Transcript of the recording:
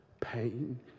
Pain